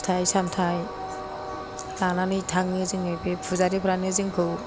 फिथाइ सामथाइ लानानै थाङो जोङो बे फुजारिफ्रानो जोंखौ